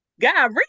God